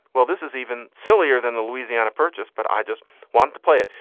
well, this is even sillier than the louisiana purchase. but i just want to play it.